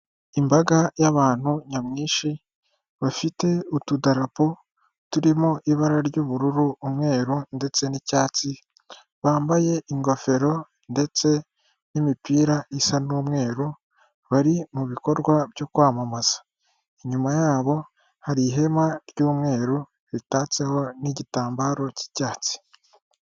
Imbaga y'abantu nyamwinshi bafite utudarapo turimo ibara ry'ubururu, umweru ndetse n'icyatsi bambaye ingofero ndetse n'imipira isa n'umweru bari mu bikorwa byo kwamamaza, inyuma yabo hari ihema ry'umweru ritatseho n'igitambaro cy'icyatsi.